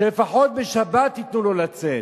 שלפחות בשבת ייתנו לו לצאת.